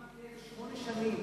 משרד האוצר ביקש שמונה שנים,